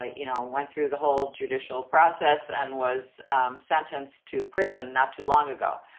ah you know, went through the whole judicial process and was sentenced to prison not too long ago.